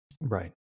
Right